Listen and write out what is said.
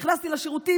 נכנסתי לשירותים,